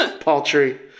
paltry